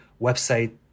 website